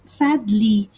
sadly